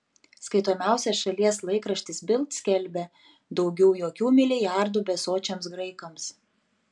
skaitomiausias šalies laikraštis bild skelbia daugiau jokių milijardų besočiams graikams